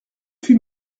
huit